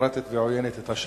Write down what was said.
אנטי-דמוקרטית ועוינת את השלום.